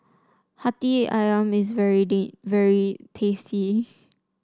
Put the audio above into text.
hati ayam is very very tasty